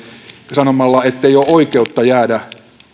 sanomalla ettei ole oikeutta jäädä